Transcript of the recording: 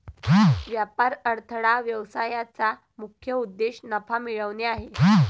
व्यापार अडथळा व्यवसायाचा मुख्य उद्देश नफा मिळवणे आहे